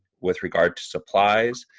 with regard to supplies.